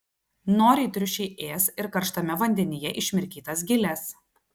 noriai triušiai ės ir karštame vandenyje išmirkytas giles